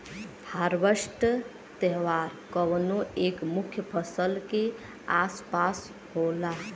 harvest त्यौहार कउनो एक मुख्य फसल के आस पास होला